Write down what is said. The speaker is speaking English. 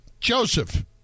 Joseph